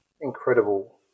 incredible